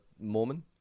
Mormon